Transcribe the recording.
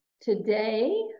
Today